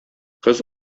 кыз